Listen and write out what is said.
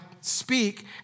speak